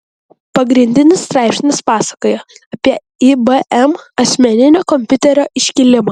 pagrindinis straipsnis pasakojo apie ibm asmeninio kompiuterio iškilimą